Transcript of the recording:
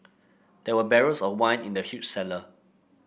there were barrels of wine in the huge cellar